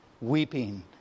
weeping